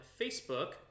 Facebook